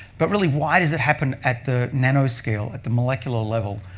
but really, why does it happen at the nanoscale, at the molecular level,